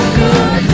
good